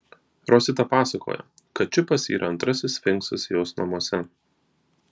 rosita pasakoja kad čipas yra antrasis sfinksas jos namuose